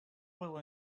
will